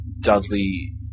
Dudley